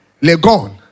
Legon